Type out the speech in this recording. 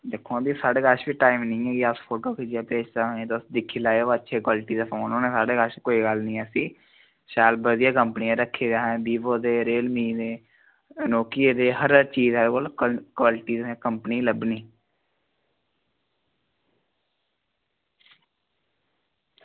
दिक्खो आं भी साढ़े कश बी टाईम निं ते तुस दिक्खी लैयो साढ़े कश बी अच्छी क्वालिटी दे फोन होने शैल बधिया कंपनी दे रक्खे असें वीवो दे रियलमी दे नोकिया दे हर इक्क चीज़ ऐ साढ़े कोल क्वालिटी दी कंपनी लब्भनी